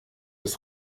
ist